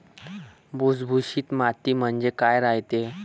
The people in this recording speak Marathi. भुसभुशीत माती म्हणजे काय रायते?